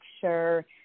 sure